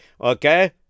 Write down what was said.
Okay